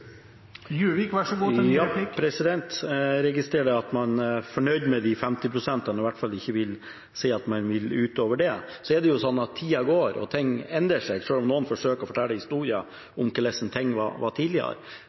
Jeg registrerer at man er fornøyd med de 50 prosentene og i hvert fall ikke vil si at man vil gå utover det. Nå er det slik at tida går, og ting endrer seg, selv om noen forsøker å fortelle historien om hvordan ting var tidligere.